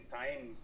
time